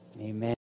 amen